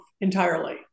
entirely